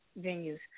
venues